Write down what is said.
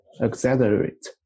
Accelerate